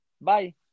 bye